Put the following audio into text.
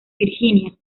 virginia